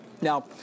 Now